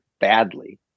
badly